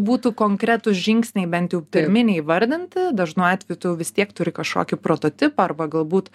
būtų konkretūs žingsniai bent jau pirminiai įvardinti dažnu atveju tu vis tiek turi kažkokį prototipą arba galbūt